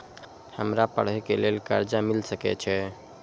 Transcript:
हमरा पढ़े के लेल कर्जा मिल सके छे?